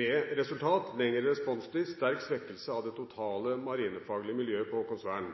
med resultat lengre responstid og sterk svekkelse av det totale marinefaglige miljøet på Haakonsvern.